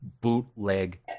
bootleg